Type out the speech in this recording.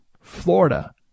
Florida